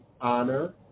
honor